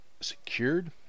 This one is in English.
secured